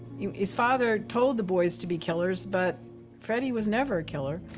his father told the boys to be killers, but freddy was never a killer.